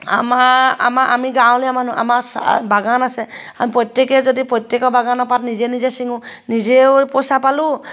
আমাৰ আমাৰ আমি গাঁৱলীয়া মানুহ আমাৰ চাহ বাগান আছে আমি প্ৰত্যেকে যদি প্ৰত্যেকৰ বাগানৰ পাত নিজে নিজে ছিঙো নিজেও পইচা পালোঁ